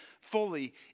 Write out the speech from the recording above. fully